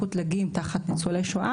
שמקוטלגים תחת ניצולי שואה,